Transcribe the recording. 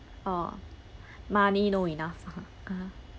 ah money no enough ah (uh huh)